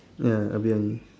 ya a bit only